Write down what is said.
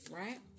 right